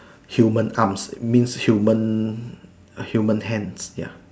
human arms means human human hands ya